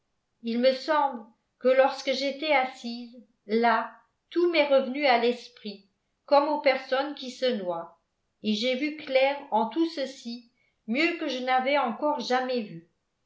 il me semble que lorsque j'étais assise là tout m'est revenu à l'esprit comme aux personnes qui se noient et j'ai vu clair en tout ceci mieux que je n'avais encore jamais vu